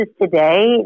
today